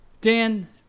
Dan